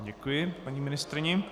Děkuji paní ministryni.